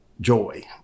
joy